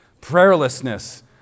prayerlessness